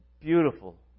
beautiful